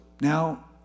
now